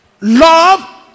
Love